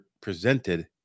presented